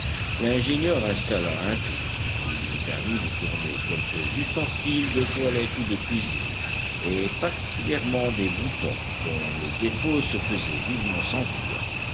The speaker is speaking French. l'ingénieur installa un tour qui lui permit de tourner quelques ustensiles de toilette ou de cuisine et particulièrement des boutons dont le défaut se faisait vivement sentir